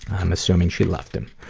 i'm assuming she left him.